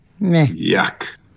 yuck